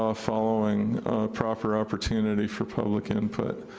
ah following proper opportunity for public input.